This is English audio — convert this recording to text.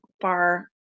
far